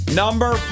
number